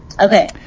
Okay